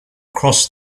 cross